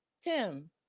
Tim